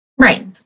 Right